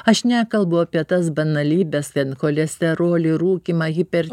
aš nekalbu apie tas banalybes ten cholesterolį rūkymą hiper